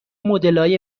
مدلای